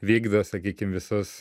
vykdo sakykim visas